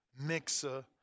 mixer